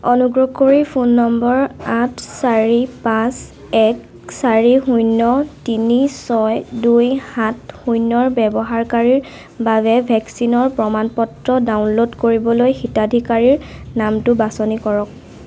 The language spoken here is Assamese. অনুগ্ৰহ কৰি ফোন নম্বৰ আঠ চাৰি পাঁচ এক চাৰি শূন্য তিনি ছয় দুই সাত শূন্য ৰ ব্যৱহাৰকাৰীৰ বাবে ভেকচিনৰ প্ৰমাণ পত্ৰ ডাউনল'ড কৰিবলৈ হিতাধিকাৰীৰ নামটো বাছনি কৰক